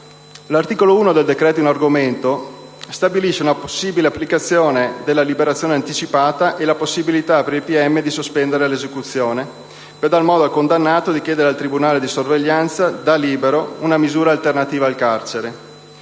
l'articolo 1 del decreto-legge in conversione stabilisce una possibile applicazione della liberazione anticipata e la possibilità per il pubblico ministero di sospendere l'esecuzione per dar modo al condannato di chiedere al tribunale di sorveglianza, da libero, una misura alternativa al carcere.